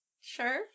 Sure